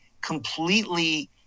completely